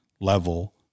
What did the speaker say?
level